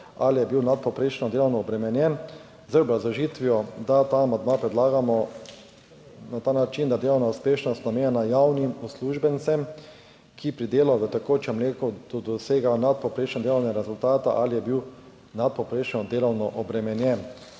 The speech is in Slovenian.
ali je bil nadpovprečno delovno obremenjen" z obrazložitvijo, da ta amandma predlagamo na ta način, da delovna uspešnost, namenjena javnim uslužbencem, ki pri delu v tekočem letu dosegajo nadpovprečne delovne rezultate ali je bil nadpovprečno delovno obremenjen,